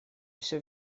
всё